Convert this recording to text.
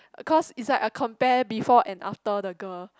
cause it's like a compare before and after the girl